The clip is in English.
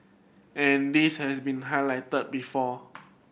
and this has been highlighted before